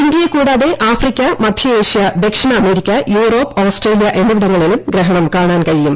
ഇന്ത്യയെകൂടാതെ Africa മധ്യ Asia ദക്ഷിണ America Europe Australia എന്നിവിടങ്ങളിലും ഗ്രഹണം കാണാൻ കഴിയും